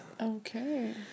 Okay